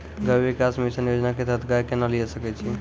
गव्य विकास मिसन योजना के तहत गाय केना लिये सकय छियै?